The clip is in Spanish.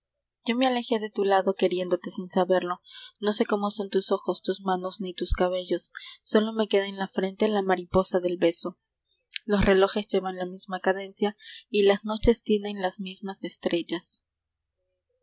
yo me alejé de tu lado queriéndote sin saberlo no sé como son tus ojos tus manos ni tus cabellos solo me queda en la frente la mariposa del beso los relojes llevan la misma cadencia y las noches tienen las mismas estrellas